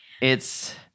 It's-